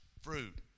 fruit